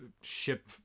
ship